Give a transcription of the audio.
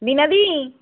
বীণা দি